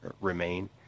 remain